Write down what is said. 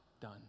done